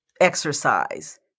exercise